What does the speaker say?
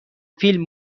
فیلم